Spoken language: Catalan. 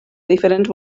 diferents